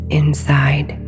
inside